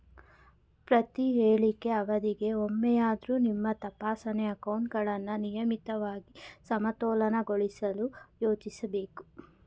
ಪ್ರತಿಹೇಳಿಕೆ ಅವಧಿಗೆ ಒಮ್ಮೆಯಾದ್ರೂ ನಿಮ್ಮ ತಪಾಸಣೆ ಅಕೌಂಟ್ಗಳನ್ನ ನಿಯಮಿತವಾಗಿ ಸಮತೋಲನಗೊಳಿಸಲು ಯೋಚಿಸ್ಬೇಕು